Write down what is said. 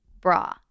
bra